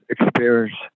experience